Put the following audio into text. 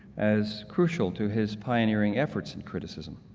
as crucial to his pioneering efforts in criticism.